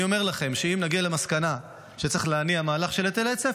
אני אומר לכם שאם נגיע למסקנה שצריך להניע מהלך של היטל היצף,